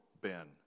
Ben